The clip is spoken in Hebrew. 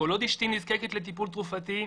כל עוד אשתי נזקקת לטיפול תרופתי,